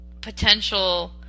potential